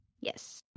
Yes